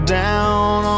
down